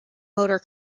motor